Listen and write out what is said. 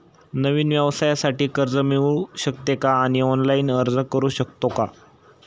नवीन व्यवसायासाठी कर्ज मिळू शकते का आणि ऑनलाइन अर्ज करू शकतो का?